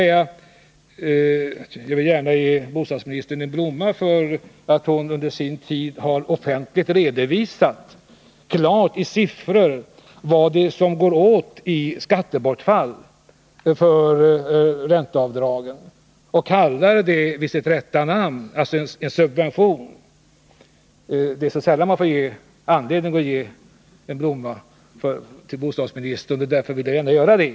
Jag vill gärna ge bostadsministern en blomma för att hon under sin tid har offentligt redovisat, klart i siffror, vad som går åt i skattebortfall som en följd av ränteavdragen och kallat det vid sitt rätta namn, nämligen subvention. Det är så sällan man får anledning att ge bostadsministern en blomma, och därför vill jag gärna göra det nu.